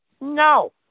No